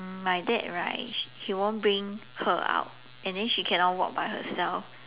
my dad right he he won't bring her out and then she cannot walk by herself